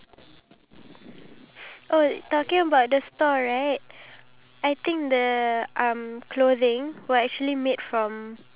no I think even if it's something where I feel like it's not nice for me to eat like nowadays